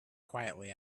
quietly